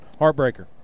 Heartbreaker